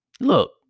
Look